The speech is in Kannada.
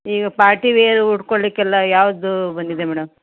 ಈಗ ಪಾರ್ಟಿ ವೇರ್ ಊಟ್ಕೊಳ್ಳಿಕ್ಕೆಲ್ಲ ಯಾವುದು ಬಂದಿದೆ ಮೇಡಮ್